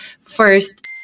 first